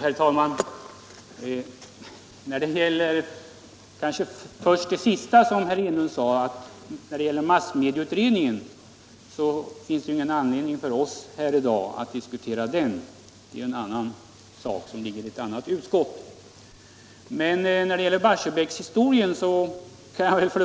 Herr talman! Beträffande det som herr Enlund senast sade om massmedieutredningen vill jag framhålla att det inte finns någon anledning att i dag diskutera den. Det är et, ärende som ligger i ett annat utskott. När det gäller programmet om Barsebäck skall jag